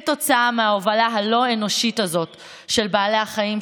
מההובלה הלא-אנושית הזאת של בעלי החיים,